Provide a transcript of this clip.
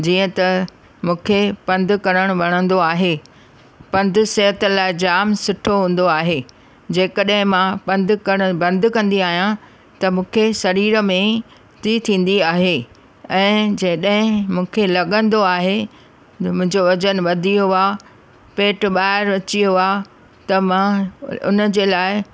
जीअं त मूंखे पंधु करणु वणंदो आहे पंधु सिहत लाइ जाम सुठो हूंदो आहे जेकॾहिं मां पंधु करणु बंदि कंदी आहियां त मूंखे शरीर में त्रि थींदी आहे ऐं जॾहिं मूंखे लॻंदो आहे जो मुंहिंजो वज़न वधी वियो पेटु ॿाहिरि अची वियो आहे त मां उनजे लाइ